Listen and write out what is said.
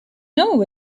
know